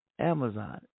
Amazon